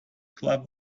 club